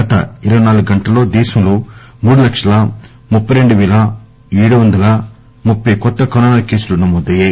గత ఇరవై నాలుగు గంటల్లో దేశంలో మూడు లక్షల ముప్పి రెండు వేల ఏడు వందల ముప్పయి కొత్త కరోనా కేసులు నమోదయ్యాయి